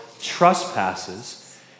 trespasses